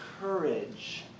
Courage